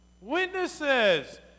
Witnesses